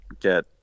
get